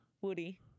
Woody